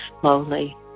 slowly